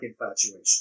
infatuation